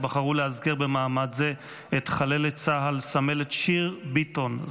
שבחרו לאזכר במעמד זה את חללת צה"ל סמלת שיר ביטון,